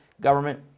government